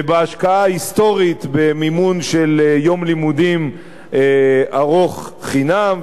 ובהשקעה ההיסטורית במימון של יום לימודים ארוך חינם,